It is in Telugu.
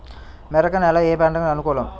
మెరక నేల ఏ పంటకు అనుకూలం?